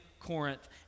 Corinth